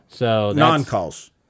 Non-calls